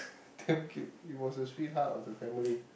damn cute it was a sweetheart of the family